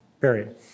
period